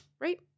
Right